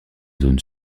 zone